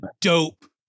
dope